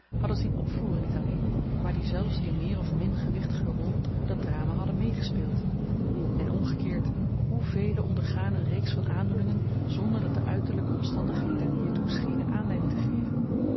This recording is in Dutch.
hadden zien opvoeren niet alleen maar die zelfs in meer of min gewichtige rol dat drama hadden meegespeeld en omgekeerd hoe velen ondergaan een reeks van aandoeningen zonder dat de uiterlyke omstandigheden hiertoe schenen aanleiding te geven